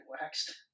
waxed